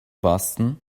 boston